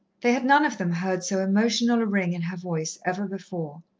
they had none of them heard so emotional a ring in her voice ever before.